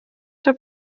der